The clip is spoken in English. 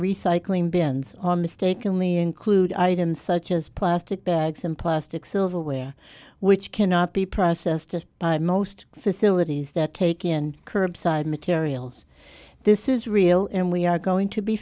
recycling bins or mistakenly include items such as plastic bags and plastic silverware which cannot be processed by most facilities that take in curbside materials this is real and we are going to be